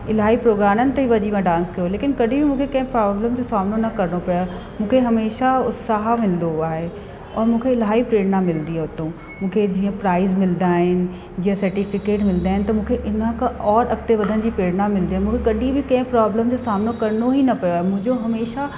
इलाही प्रोग्रामनि ते वञी मां डांस कयो लेकिनि कॾहिं बि मूंखे कंहिं प्रोब्लम जो सामनो न करिणो पियो आहे मूंखे हमेशह उत्साह मिलंदो आहे ऐं मूंखे इलाही प्रेरणा मिलंदी आहे उतां मूंखे जीअं प्राइज़ मिलंदा आहिनि जीअं सर्टीफ़िकेट मिलंदा आहिनि त मूंखे हुन खां और अॻिते वधण जी प्रेरणा मिलंदी आहे मूंखे कॾहिं बि कंहिं प्रोब्लम जो सामनो करणो ई न पियो आहे मुंहिंजो हमेशह